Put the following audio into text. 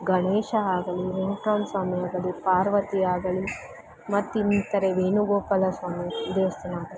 ಗಣೇಶ ಆಗಲಿ ವೆಂಕ್ಟ್ರಮ್ಣ ಸ್ವಾಮಿ ಆಗಲಿ ಪಾರ್ವತಿ ಆಗಲಿ ಮತ್ತಿನ್ನಿತರೆ ವೇಣುಗೋಪಾಲ ಸ್ವಾಮಿ ದೇವಸ್ಥಾನ